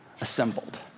assembled